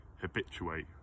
habituate